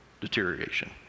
deterioration